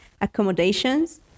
accommodations